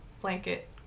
blanket